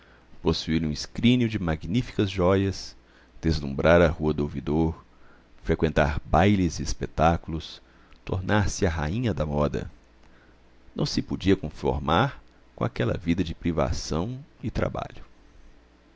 possuir um escrínio de magníficas jóias deslumbrar a rua do ouvidor freqüentar bailes e espetáculos tornar-se a rainha da moda não se podia conformar com aquela vida de privação e trabalho